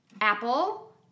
Apple